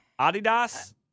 Adidas